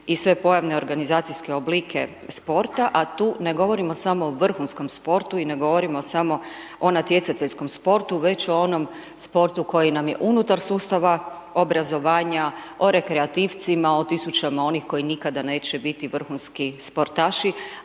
i sve pojavne organizacijske oblike sporta, a tu ne govorimo samo o vrhunskom sportu i ne govorimo samo o natjecateljskom sportu, već o onom sportu koji nam je unutar sustava obrazovanja, o rekreativcima, o tisućama onih koji nikada neće biti vrhunski sportaši,